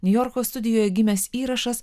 niujorko studijoje gimęs įrašas